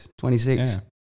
26